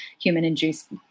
human-induced